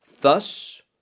thus